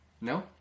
No